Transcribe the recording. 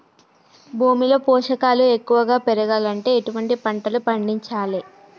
భూమిలో పోషకాలు ఎక్కువగా పెరగాలంటే ఎటువంటి పంటలు పండించాలే?